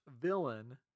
villain